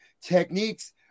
techniques